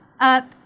up